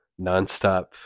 nonstop